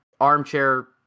armchair